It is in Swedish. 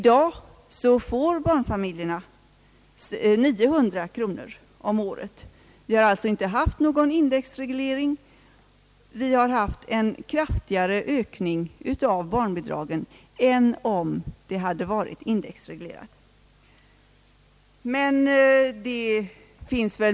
Nu får barnfamiljerna 900 kronor om året. Vi har inte haft någon indexreglering av barnbidragen, men ökningen av dem har varit kraftigare än om de hade varit indexreglerade.